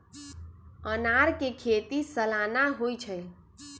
अनारकें खेति सलाना होइ छइ